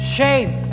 Shame